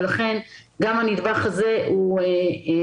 ולכן גם הנדבך הזה מאפשר.